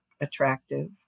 attractive